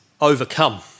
overcome